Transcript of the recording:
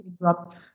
interrupt